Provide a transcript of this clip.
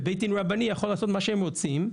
ובית הדין הרבני יכולים לעשות מה שהם רוצה.